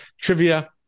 trivia